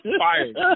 fired